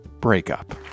breakup